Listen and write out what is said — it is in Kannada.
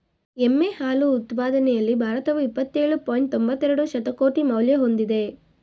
ಎಮ್ಮೆ ಹಾಲು ಉತ್ಪಾದನೆಯಲ್ಲಿ ಭಾರತವು ಇಪ್ಪತ್ತೇಳು ಪಾಯಿಂಟ್ ತೊಂಬತ್ತೆರೆಡು ಶತಕೋಟಿ ಮೌಲ್ಯ ಹೊಂದಿದೆ